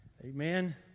Amen